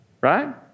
Right